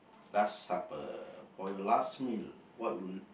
last supper for your last meal what will